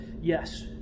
Yes